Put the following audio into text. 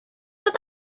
dod